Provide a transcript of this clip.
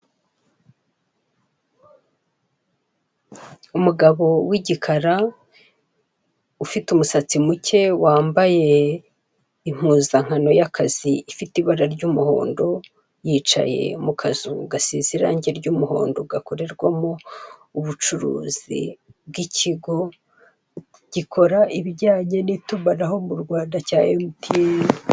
Umugabo w'igikara ufite umusatsi muke ,wambaye impuzankano y'akazi ifite ibara ry'umuhondo, yicaye mu kazu gasize irange ry'umuhondo, gakorerwamo ubucuruzi bw'ikigo gukora ibijyanye n'itumanaho mu U Rwanda cya MTN.